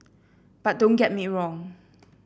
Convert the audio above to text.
but don't get me wrong